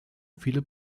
vielen